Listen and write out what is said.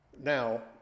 Now